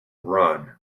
run